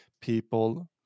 people